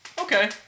Okay